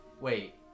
Wait